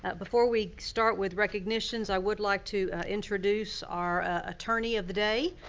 but before we start with recognitions, i would like to introduce our attorney of the day.